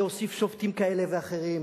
להוסיף שופטים כאלה ואחרים,